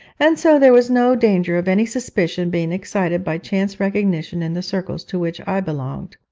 and so there was no danger of any suspicion being excited by chance recognition in the circles to which i belonged.